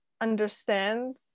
understand